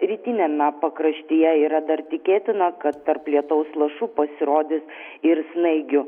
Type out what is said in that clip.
rytiniame pakraštyje yra dar tikėtina kad tarp lietaus lašų pasirodys ir snaigių